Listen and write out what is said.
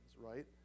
right